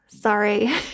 Sorry